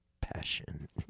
passion